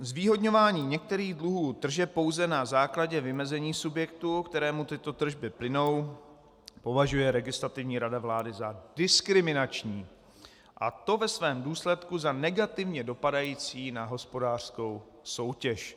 Zvýhodňování některých druhů tržeb pouze na základě vymezení subjektu, kterému tyto tržby plynou, považuje Legislativní rada vlády za diskriminační a ve svém důsledku za negativně dopadající na hospodářskou soutěž.